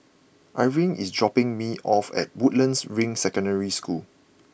Irving is dropping me off at Woodlands Ring Secondary School